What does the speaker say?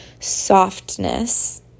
softness